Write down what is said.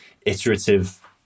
iterative